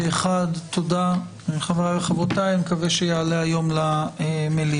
פה אחד הצעת חוק נכסים של נספי השואה (השבה ליורשים והקדשה למטרות